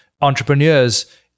entrepreneurs